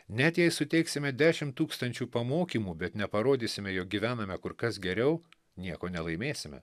net jei suteiksime dešim tūkstančių pamokymų bet neparodysime jog gyvename kur kas geriau nieko nelaimėsime